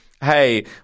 Hey